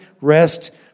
rest